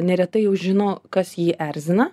neretai jau žino kas jį erzina